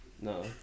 No